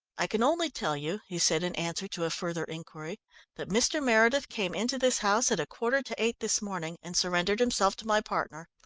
i can only tell you, he said in answer to a further inquiry, that mr. meredith came into this house at a quarter to eight this morning, and surrendered himself to my partner.